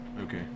Okay